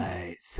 Right